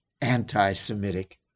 anti-Semitic